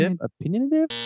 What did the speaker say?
opinionative